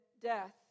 death